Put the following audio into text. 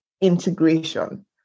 integration